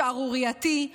שערורייתי,